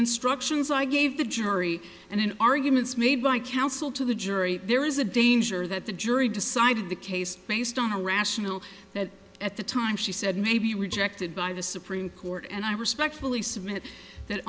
instructions i gave the jury and in arguments made by counsel to the jury there is a danger that the jury decided the case based on a rational that at the time she said may be rejected by the supreme court and i respectfully submit that